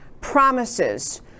promises